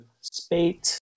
spate